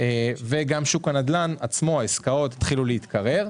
ושוק הנדל"ן עצמו התחיל להתקרר.